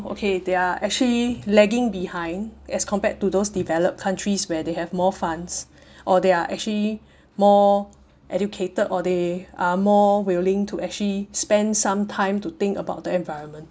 okay they are actually lagging behind as compared to those developed countries where they have more funds or they are actually more educated or they are more willing to actually spend some time to think about the environment